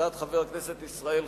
הצעת חבר הכנסת ישראל חסון.